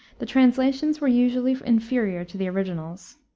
the translations were usually inferior to the originals.